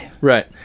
Right